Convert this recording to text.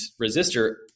resistor